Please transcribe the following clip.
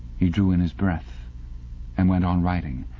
he drew and his breath and went on writing